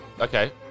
Okay